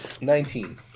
Nineteen